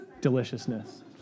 Deliciousness